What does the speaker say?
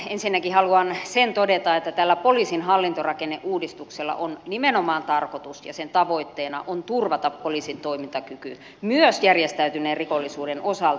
ensinnäkin haluan sen todeta että tällä poliisin hallintorakenneuudistuksella on nimenomaan tarkoitus ja sen tavoitteena on turvata poliisin toimintakyky myös järjestäytyneen rikollisuuden osalta